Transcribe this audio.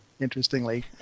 interestingly